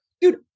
Dude